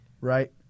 Right